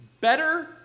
better